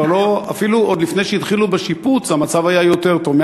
אפילו עוד לפני שהתחילו בשיפוץ המצב היה יותר טוב.